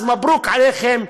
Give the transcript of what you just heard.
אז מברוכ עליכם,